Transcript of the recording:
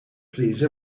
please